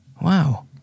wow